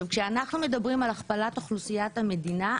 כשאנחנו מדברים על הכפלת אוכלוסיית המדינה,